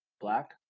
Black